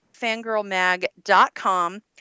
FangirlMag.com